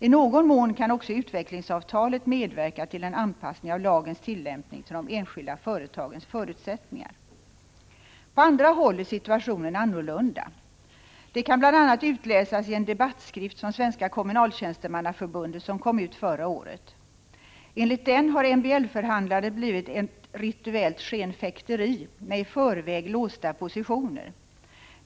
I någon mån kan också utvecklingsavtalet medverka till en anpassning av lagens tillämpning till de enskilda företagens förutsättningar. På andra håll är situationen annorlunda. Det kan bl.a. utläsas i en debattskrift från Svenska Kommunaltjänstemannaförbundet som kom ut förra året. Enligt den har MBL-förhandlandet blivit ett rituellt skenfäkteri med i förväg låsta positioner.